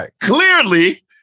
clearly